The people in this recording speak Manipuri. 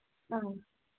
ꯑꯥ